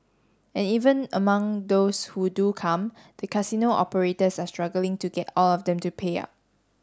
and even among those who do come the casino operators are struggling to get all of them to pay up